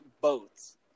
boats